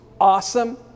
awesome